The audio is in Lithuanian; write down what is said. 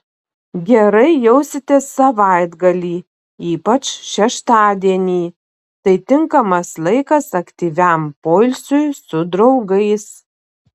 gerai jausitės savaitgalį ypač šeštadienį tai tinkamas laikas aktyviam poilsiui su draugais